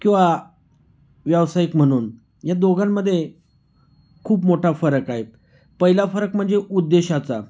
किंवा व्यावसायिक म्हणून या दोघांमध्ये खूप मोठा फरक आहे पहिला फरक म्हणजे उद्देशाचा